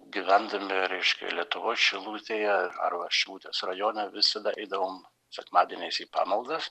gyvendami reiškia lietuvoj šilutėje arba šilutės rajone visada eidavom sekmadieniais į pamaldas